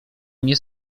mnie